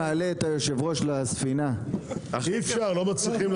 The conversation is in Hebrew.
הישיבה ננעלה בשעה 11:30.